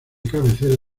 cabecera